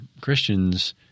Christians—